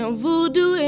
voodoo